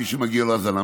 מי שמגיעה לו הזנה,